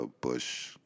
Bush